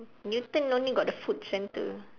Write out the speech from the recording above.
newton only got the food centre